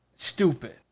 Stupid